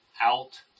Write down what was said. out